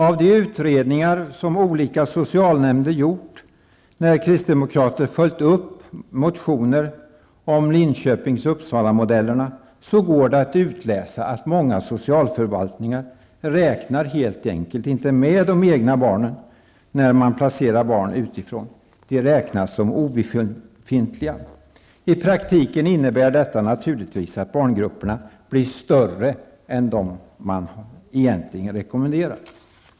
Av de utredningar som olika socialnämnder gjort när kristdemokrater följt upp motioner om Linköpings och Uppsalamodellerna går det att utläsa att många socialförvaltningar helt enkelt inte räknar med de egna barnen när man placerar barn utifrån. De betraktas som obefintliga. Detta innebär naturligtvis att barngrupper i praktiken blir större än vad man egentligen rekommenderar.